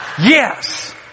Yes